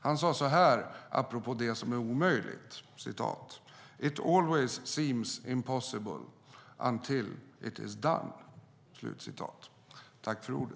Han sade så här apropå det som är omöjligt: "It always seems impossible until it's done!"